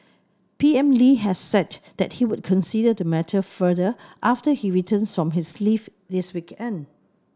P M Lee has said that he would consider the matter further after he returns from his leave this weekend